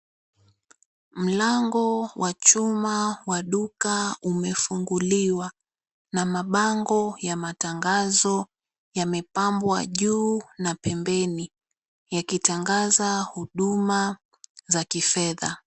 Mlango wa chuma wa duka umefunguliwa na mabango ya matangazo yamepangwa juu na pembeni yakitangaza huduma ya kifedha.